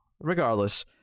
regardless